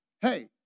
hey